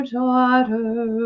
daughter